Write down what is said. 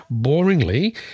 Boringly